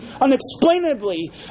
unexplainably